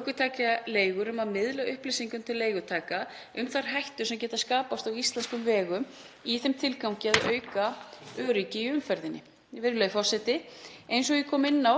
ökutækjaleigur um að miðla upplýsingum til leigutaka um þær hættur sem geta skapast á íslenskum vegum í þeim tilgangi að auka öryggi í umferðinni. Virðulegi forseti. Eins og ég kom inn á